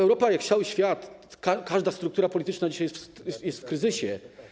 Europa, cały świat, każda struktura polityczna dzisiaj jest w kryzysie.